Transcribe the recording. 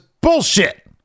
Bullshit